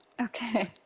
okay